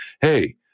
Hey